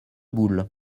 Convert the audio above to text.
boules